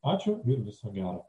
ačiū viso gero